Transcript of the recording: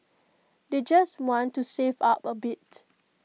they just want to save up A bit